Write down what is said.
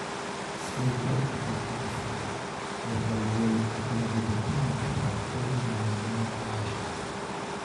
skaitau apie kafką ir galvoju apie vidutinį bet vartojimo namie dažnį